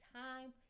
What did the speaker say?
time